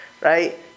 right